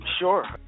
Sure